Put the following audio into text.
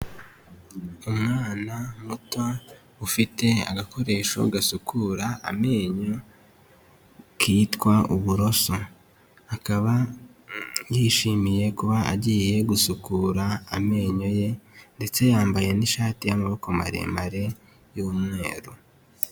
Umwana muto ufite agakoresho gasukura amenyo kitwa uburoso, akaba yishimiye kuba agiye gusukura amenyo ye ndetse yambaye n'ishati y'amaboko maremare y'umweru.